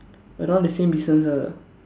around the same distance ah